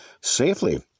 safely